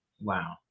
Wow